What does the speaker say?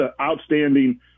outstanding